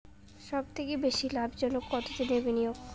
সবথেকে বেশি লাভজনক কতদিনের বিনিয়োগ?